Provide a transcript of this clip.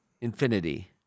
Infinity